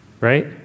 right